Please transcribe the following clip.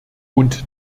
und